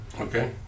Okay